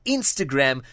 Instagram